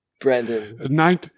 Brandon